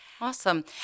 Awesome